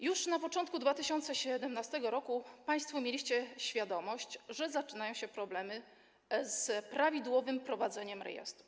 Już na początku 2017 r. państwo mieliście świadomość, że zaczynają się problemy z prawidłowym prowadzeniem rejestru.